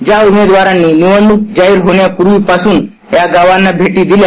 ज्या उमेदवारांनी निवडणूक जाहीर होण्यापूर्वी पासून या गावांना भेटी दिल्या